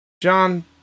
John